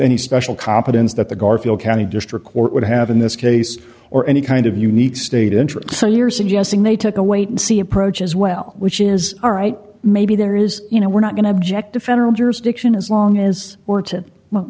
any special competence that the garfield county district court would have in this case or any kind of unique state interest so you're suggesting they took a wait and see approach as well which is all right maybe there is you know we're not going to object to federal jurisdiction as long as we